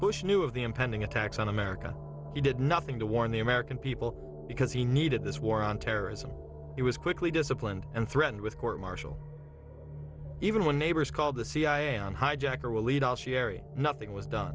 bush knew of the impending attacks on america he did nothing to warn the american people because he needed this war on terrorism he was quickly disciplined and threatened with court martial even when neighbors called the cia on hijacker will lead all she area nothing was done